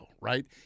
right